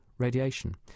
radiation